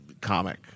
comic